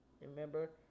remember